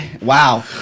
wow